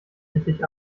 endlich